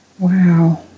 Wow